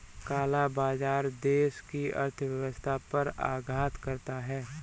काला बाजार देश की अर्थव्यवस्था पर आघात करता है